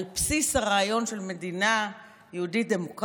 על בסיס הרעיון של מדינה יהודית-דמוקרטית,